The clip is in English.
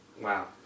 Wow